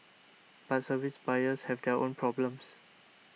but service buyers have their own problems